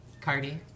Cardi